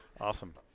Awesome